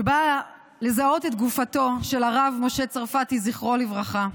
שבא לזהות את גופתו של הרב משה צרפתי, זכרו לברכה,